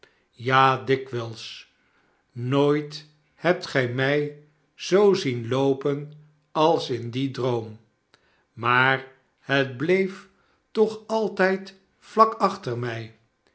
ja dikwijls nooit hebt gij mij zoo zien loopen als in dien droom raaar het bleef toch altijd vlak achter mij